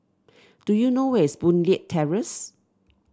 do you know where is Boon Leat Terrace